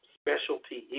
specialty